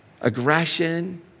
aggression